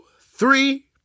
three